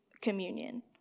communion